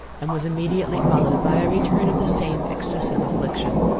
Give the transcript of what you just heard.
and was immediately followed by a return of the same excessive affliction.